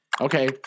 Okay